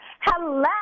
Hello